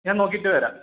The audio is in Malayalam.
ഞാൻ നോക്കിയിട്ട് വരാം